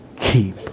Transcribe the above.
keep